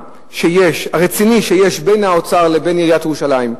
הרציני בין האוצר לבין עיריית ירושלים,